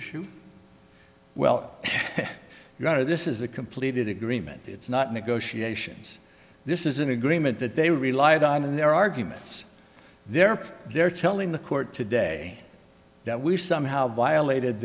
issue well you got to this is a completed agreement it's not negotiations this is an agreement that they relied on in their arguments there they're telling the court today that we somehow violated